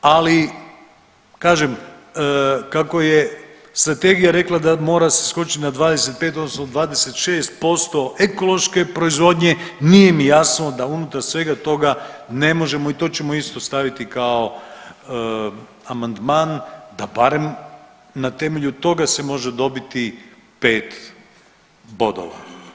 Ali kažem kako je strategija rekla da mora se skočiti na 25 odnosno 26% ekološke proizvodnje nije mi jasno da unutar svega toga ne možemo i to ćemo isto staviti kao amandman da barem na temelju toga se može dobiti 5 bodova.